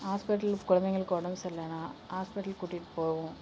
hospital குழந்தைங்களுக்கு உடம்பு சரியில்லனா ஹாஸ்பிட்டல் கூட்டிகிட்டு போவோம்